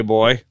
boy